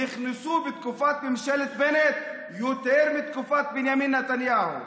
נכנסו בתקופת ממשלת בנט יותר מבתקופת בנימין נתניהו.